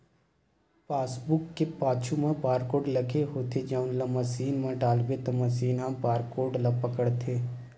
passbook के पाछू म बारकोड लगे होथे जउन ल मसीन म डालबे त मसीन ह बारकोड ल पड़थे